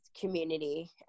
community